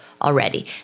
already